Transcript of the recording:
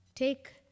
Take